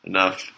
Enough